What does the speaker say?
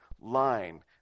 line